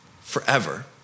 forever